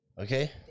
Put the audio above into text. Okay